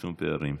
וצמצום פערים.